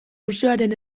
museoaren